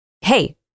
Hey